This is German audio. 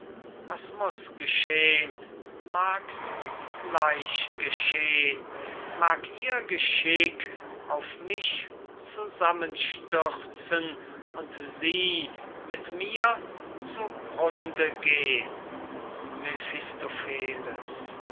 was muß geschehn mag's gleich geschehn mag ihr geschick auf mich zusammenstürzen und sie mit mir zu grunde gehn